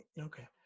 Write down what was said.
Okay